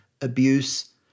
abuse